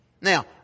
Now